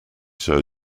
show